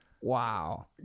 wow